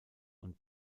und